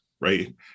right